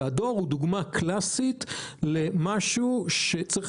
והדואר הוא דוגמה קלאסית למשהו שצריך